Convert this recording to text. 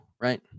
right